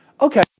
okay